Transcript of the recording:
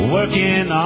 Working